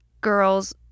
girl's